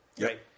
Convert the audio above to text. Right